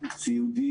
ציוד,